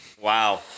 Wow